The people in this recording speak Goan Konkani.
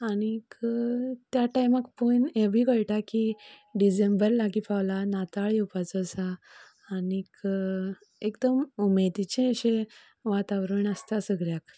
आनीक त्या टायमाक पूण ह्यें बी कळटा की डिसेंबर लागी पावला नाताळ येवपाचो आसा आनी एकदम उमेदीचें अशें वातावरण आसता आसत सगल्याक